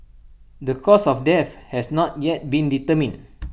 the cause of death has not yet been determined